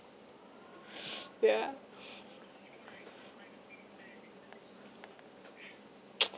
yeah